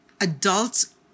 adults